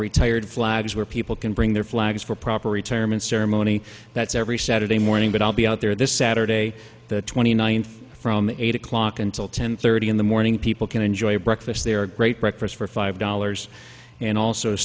for retired flags where people can bring their flags for proper retirement ceremony that's every saturday morning but i'll be out there this saturday the twenty ninth from eight o'clock until ten thirty in the morning people can enjoy breakfast there are great breakfast for five dollars and also